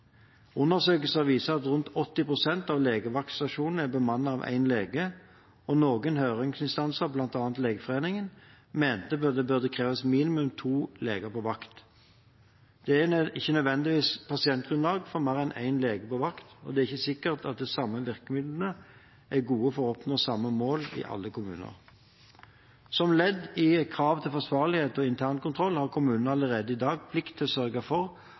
Undersøkelser viser at rundt 80 pst. av legevaktstasjonene er bemannet av én lege, og noen høringsinstanser, bl.a. Legeforeningen, mente det burde kreves minimum to leger på vakt. Det er ikke nødvendigvis pasientgrunnlag for mer enn én lege på vakt, og det er ikke sikkert at de samme virkemidlene er gode for å oppnå samme mål i alle kommuner. Som ledd i krav til forsvarlighet og internkontroll har kommunene allerede i dag plikt til å sørge for